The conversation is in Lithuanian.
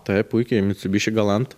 taip puikiai mitsubishi galant